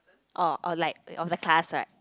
or or like of the class right